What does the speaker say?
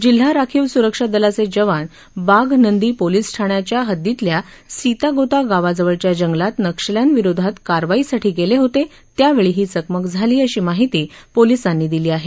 जिल्हा राखीव सुरक्षा दलाचे जवान बाघनंदी पोलीस ठाण्याच्या हद्दीतल्या सीतागोता गावजवळच्या जंगलात नक्षल्यांविरोधात कारवाईसाठी गेले होते त्यावेळी ही चकमक झाली अशी माहिती पोलीसांनी दिली आहे